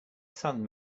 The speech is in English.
son